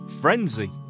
frenzy